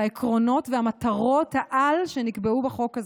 העקרונות ומטרות-העל שנקבעו בחוק הזה.